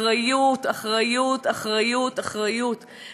אחריות, אחריות, אחריות, אחריות.